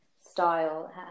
style